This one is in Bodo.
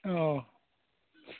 औ